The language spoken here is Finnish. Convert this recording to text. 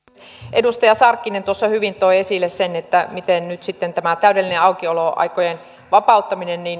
edustaja sarkkinen tuossa hyvin toi esille sen miten nyt sitten tämä täydellinen aukioloaikojen vapauttaminen